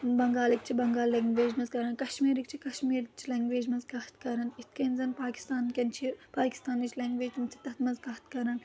بنٛگالٕکۍ چھِ بنٛگال لنٛگویج منٛز کران کشمیٖرٕکۍ چھِ کشمیٖرٕچ لنٛگویج منٛز کَتھ کَران یِتھ کٔنۍ زَن پاکِستان کیٚن چھِ پاکِستانٕچ لنٛگویج تِم چھِ تَتھ منٛز کَتھ کَران